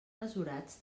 mesurats